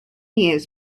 years